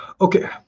Okay